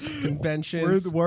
conventions